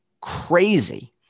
crazy